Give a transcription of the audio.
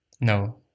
no